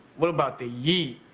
what about the ye.